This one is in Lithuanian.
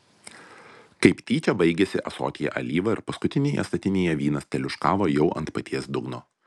kaip tyčia baigėsi ąsotyje alyva ir paskutinėje statinėje vynas teliūškavo jau ant paties dugno